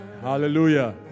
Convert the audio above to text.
hallelujah